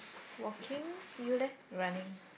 walking you leh running